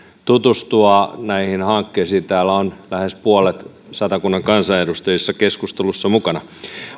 tutustua näihin hankkeisiin täällä on lähes puolet satakunnan kansanedustajista keskustelussa mukana